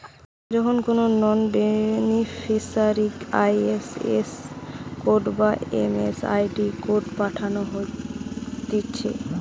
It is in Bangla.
যখন কোনো নন বেনিফিসারিকে আই.এফ.এস কোড বা এম.এম.আই.ডি কোড পাঠানো হতিছে